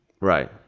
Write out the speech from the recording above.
Right